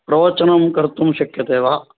प्रवचनं कर्तुं शक्यते वा